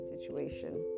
situation